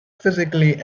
physically